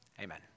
Amen